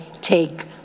take